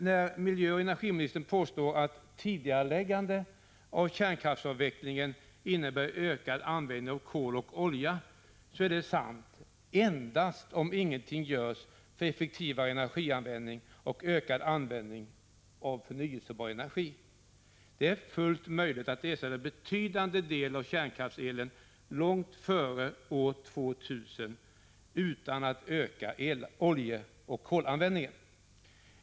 När miljöoch energiministern påstår att tidigareläggande av kärnkraftsavvecklingen innebär ökad användning av kol och olja, är det sant endast om ingenting görs för effektivare energianvändning och ökad användning av förnyelsebar energi. Det är fullt möjligt att ersätta en betydande del av kärnkraftselen långt före år 2000 utan att öka oljeoch kolanvändningen.